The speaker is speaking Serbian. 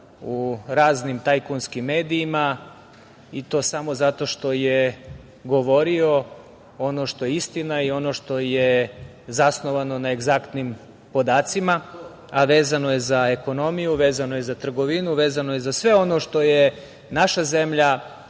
u raznim tajkunskim medijima, i to samo zato što je govorio ono što je istina i ono što je zasnovano na egzaktnim podacima, a vezano je za ekonomiju, vezano je za trgovinu, vezano je za sve ono što je naša zemlja,